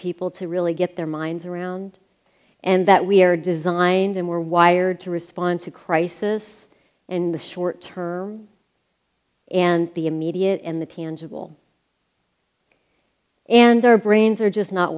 people to really get their minds around and that we are designed and we're wired to respond to crisis and the short term and the immediate and the tangible and our brains are just not